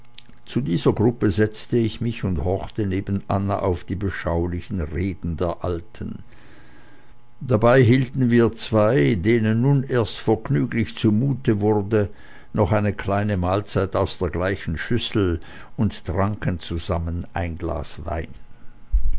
zu dieser gruppe setzte ich mich und horchte neben anna auf die beschaulichen reden der alten dabei hielten wir zwei denen nun erst vergnüglich zu mute wurde noch eine kleine mahlzeit aus der gleichen schüssel und tranken zusammen ein glas wein